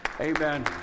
Amen